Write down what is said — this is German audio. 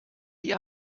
die